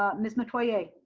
ah miss metoyer.